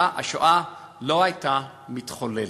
השואה לא הייתה מתחוללת.